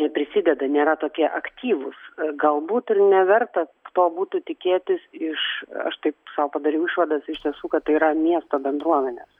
neprisideda nėra tokie aktyvūs galbūt ir neverta to būtų tikėtis iš aš taip sau padariau išvadas iš tiesų kad tai yra miesto bendruomenės